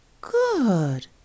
Good